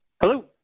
Hello